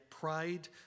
Pride